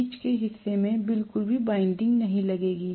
बीच के हिस्से में बिल्कुल भी वाइंडिंग नहीं लगेगी